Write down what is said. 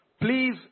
Please